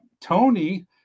tony